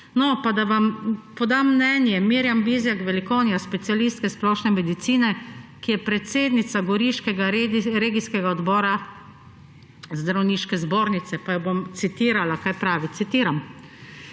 Lafarga. Da vam podam mnenje. Mirjam Bizjak Velikonja, specialistka splošne medicine, ki je predsednica goriškega regijskega odbora Zdravniške zbornice, pa jo bom citirala, kaj pravi, citiram